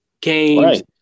games